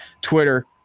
Twitter